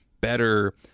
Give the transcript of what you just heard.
better